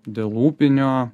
dėl upinio